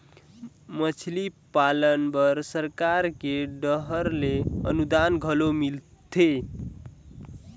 मछरी पालन बर सरकार के डहर ले अनुदान घलो मिलथे